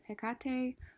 Hecate